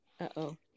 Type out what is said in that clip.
Uh-oh